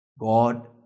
God